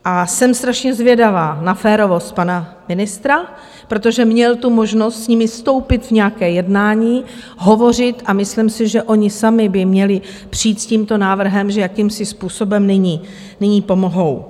A jsem strašně zvědavá na férovost pana ministra, protože měl tu možnost s nimi vstoupit v nějaké jednání, hovořit, a myslím si, že oni sami by měli přijít s tímto návrhem, jakým způsobem nyní pomohou.